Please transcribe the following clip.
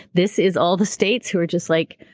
this is all the states who are just like,